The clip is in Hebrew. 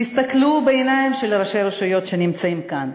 תסתכלו בעיניים של ראשי הרשויות שנמצאים כאן,